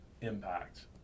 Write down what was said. impact